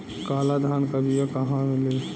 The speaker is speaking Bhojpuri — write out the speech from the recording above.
काला धान क बिया कहवा मिली?